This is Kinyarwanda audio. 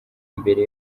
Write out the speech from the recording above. imbere